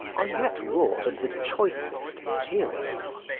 are yet wrought of the choicest material.